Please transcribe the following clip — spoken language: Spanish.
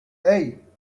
hey